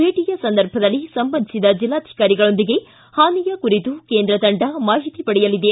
ಭೇಟಿಯ ಸಂದರ್ಭದಲ್ಲಿ ಸಂಬಂಧಿಸಿದ ಜಿಲ್ಲಾಧಿಕಾರಿಗಳೊಂದಿಗೆ ಹಾನಿಯ ಕುರಿತು ಕೇಂದ್ರ ತಂಡ ಮಾಹಿತಿ ಪಡೆಯಲಿದೆ